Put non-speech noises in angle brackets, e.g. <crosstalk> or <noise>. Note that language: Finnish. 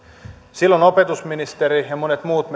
silloin opetusministeri ja monet muut <unintelligible>